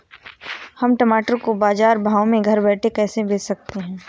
हम टमाटर को बाजार भाव में घर बैठे कैसे बेच सकते हैं?